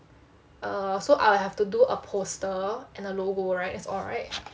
err so I'll have to do a poster and a logo right that's all right